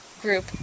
group